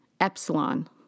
epsilon